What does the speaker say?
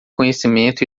conhecimento